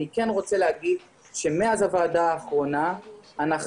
אני כן רוצה לומר שמאז הוועדה האחרונה אנחנו